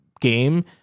game